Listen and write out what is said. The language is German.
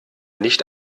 nicht